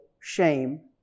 shame